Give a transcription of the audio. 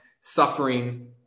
suffering